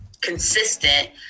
consistent